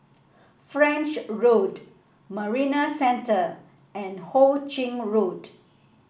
French Road Marina Centre and Ho Ching Road